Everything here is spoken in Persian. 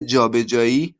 جابجایی